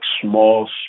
small